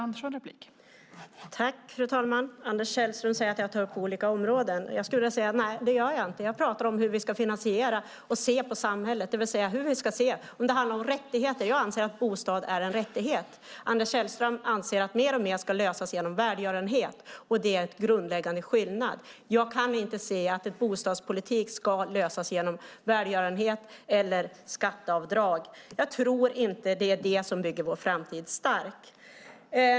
Fru talman! Anders Sellström säger att jag tar upp olika områden. Jag skulle vilja säga: Nej, det gör jag inte. Jag pratar om hur vi ska finansiera och se på samhället. Det handlar om rättigheter. Jag anser att en bostad är en rättighet. Anders Sellström anser att mer och mer ska lösas genom välgörenhet. Det är en grundläggande skillnad. Jag kan inte se att bostadspolitik ska lösas genom välgörenhet eller skatteavdrag. Jag tror inte att det är det som bygger vår framtid stark.